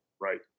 right